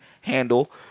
handle